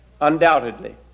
undoubtedly